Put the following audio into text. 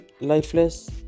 lifeless